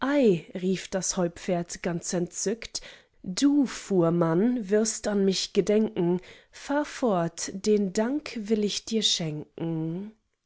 rief das heupferd ganz entzückt du fuhrmann wirst an mich gedenken fahr fort den dank will ich dir schenken